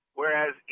whereas